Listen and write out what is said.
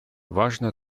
важно